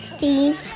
Steve